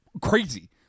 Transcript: crazy